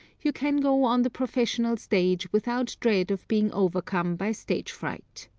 you can go on the professional stage without dread of being overcome by stage fright.